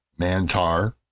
Mantar